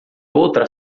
outra